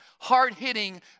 hard-hitting